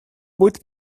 будет